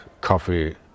coffee